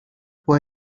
può